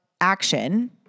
action